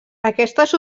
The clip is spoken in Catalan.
aquestes